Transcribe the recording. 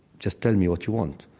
just tell me what you want.